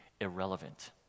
irrelevant